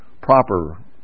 proper